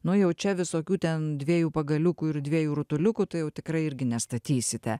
nu jau čia visokių ten dviejų pagaliukų ir dviejų rutuliukų tai tikrai irgi nestatysite